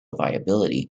viability